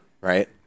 right